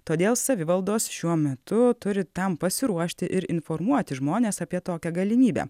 todėl savivaldos šiuo metu turi tam pasiruošti ir informuoti žmones apie tokią galimybę